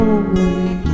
away